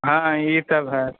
हँ ईसभ है